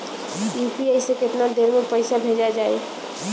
UPI से केतना देर मे पईसा भेजा जाई?